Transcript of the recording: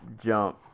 jump